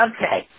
Okay